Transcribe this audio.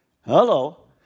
Hello